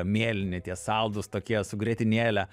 mėlyni tie saldūs tokie su grietinėle